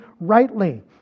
rightly